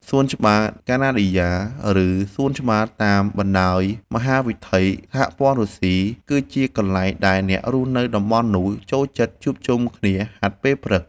សួនច្បារកាណាឌីយ៉ា ឬសួនច្បារតាមបណ្ដោយមហាវិថីសហព័ន្ធរុស្ស៊ី គឺជាកន្លែងដែលអ្នករស់នៅតំបន់នោះចូលចិត្តជួបជុំគ្នាហាត់ពេលព្រឹក។